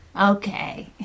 Okay